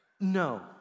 No